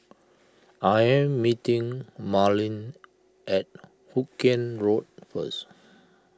I am meeting Marlin at Hoot Kiam Road first